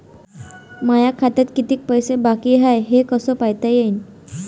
माया खात्यात कितीक पैसे बाकी हाय हे कस पायता येईन?